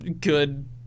good –